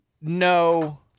No